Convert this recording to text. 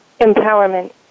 Empowerment